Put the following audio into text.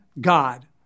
God